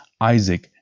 Isaac